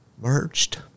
merged